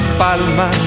palma